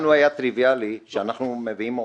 לנו היה טריוויאלי שהדבר הזה יקבל ביטוי,